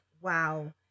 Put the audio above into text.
wow